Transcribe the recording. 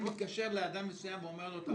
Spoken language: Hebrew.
אני מתקשר לאדם מסוים ואומר לו תבוא?